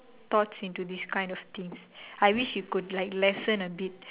thoughts into this kind of things I wish you could like lessen a bit